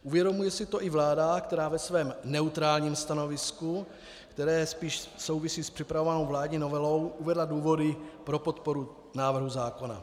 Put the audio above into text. Uvědomuje si to i vláda, která ve svém neutrálním stanovisku, které spíše souvisí s připravovanou vládní novelou, uvedla důvody pro podporu návrhu zákona.